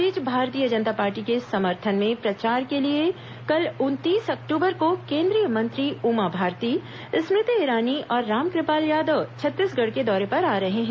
इस बीच भारतीय जनता पार्टी के समर्थन में प्रचार के लिए कल उनतीस अक्टूबर को केंद्रीय मंत्री उमा भारती स्मृति ईरानी और रामकृपाल यादव छत्तीसगढ़ के दौरे पर आ रहे हैं